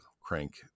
crank